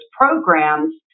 programs